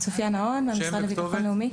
המשרד לביטחון לאומי.